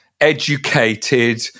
educated